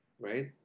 right